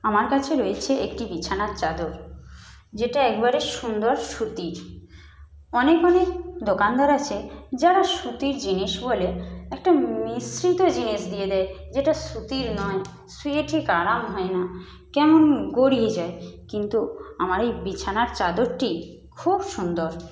আমার কাছে রয়েছে একটি বিছানার চাদর যেটা একবারে সুন্দর সুতির অনেক অনেক দোকানদার আছে যারা সুতির জিনিস বলে একটা মিশ্রিত জিনিস দিয়ে দেয় যেটা সুতির নয় শুয়ে ঠিক আরাম হয় না কেমন গড়িয়ে যায় কিন্তু আমার এই বিছানার চাদরটি খুব সুন্দর